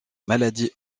maladie